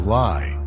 lie